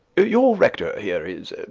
your rector here is,